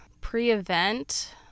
pre-event